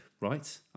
Right